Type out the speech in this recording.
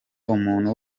umuntu